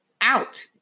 out